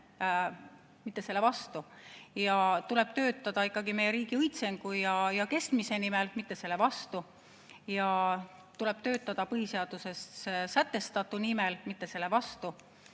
mitte selle vastu. Tuleb töötada ikkagi meie riigi õitsengu ja kestmise nimel, mitte selle vastu. Tuleb töötada põhiseaduses sätestatu nimel, mitte selle vastu.